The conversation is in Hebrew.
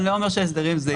אני לא אומר שההסדרים זהים.